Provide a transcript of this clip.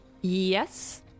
yes